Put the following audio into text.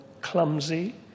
clumsy